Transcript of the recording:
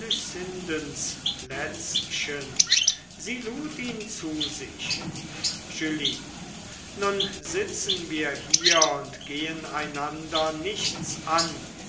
plätzchen sie lud ihn zu sich julie nun sitzen wir hier und gehen einander nichts an